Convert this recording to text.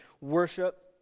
worship